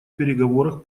переговорах